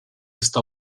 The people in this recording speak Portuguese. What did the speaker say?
está